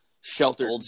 sheltered